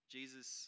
Jesus